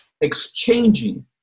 exchanging